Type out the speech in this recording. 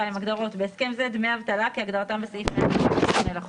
הגדרות בהסכם זה - "דמי אבטלה" כהגדרתם בסעיף 158 לחוק,